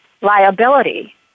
liability